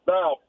Now